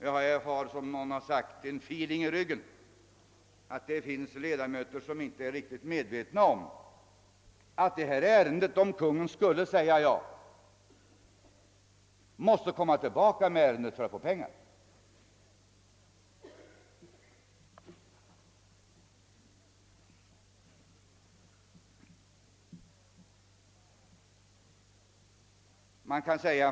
Jag har en känsla av att det finns ledamöter som inte är riktigt medvetna om att detta ärende, om Kungl. Maj:t skulle säga ja, måste komma tillbaka till riksdagen, eftersom Kungl. Maj:t måste begära anslag för ändamålet.